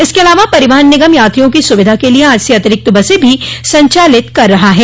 इसके अलावा परिवहन निगम यात्रियों की सुविधा के लिए आज से अतिरिक्त बसें भी संचालित कर रहा है